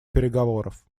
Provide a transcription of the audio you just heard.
переговоров